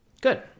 Good